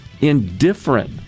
indifferent